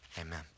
amen